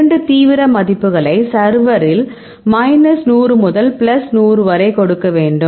இரண்டு தீவிர மதிப்புகளை சர்வரில் மைனஸ் 100 முதல் பிளஸ் 100 வரை கொடுக்க வேண்டும்